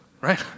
right